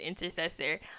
intercessor